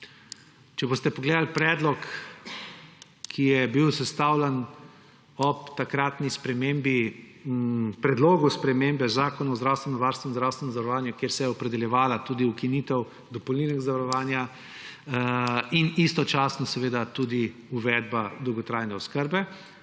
če boste pogledali predlog, ki je bil sestavljen ob takratnem predlogu spremembe Zakona o zdravstvenem varstvu in zdravstvenem zavarovanju, kjer se je opredeljevala tudi ukinitev dopolnilnega zavarovanja in istočasno seveda tudi uvedba dolgotrajne oskrbe,